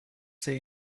say